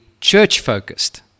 church-focused